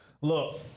look